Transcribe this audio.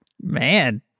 man